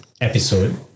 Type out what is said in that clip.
episode